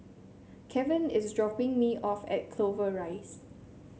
Keven is dropping me off at Clover Rise